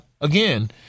again—